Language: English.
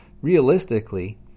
Realistically